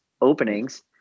openings